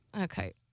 okay